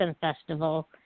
Festival